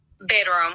bedroom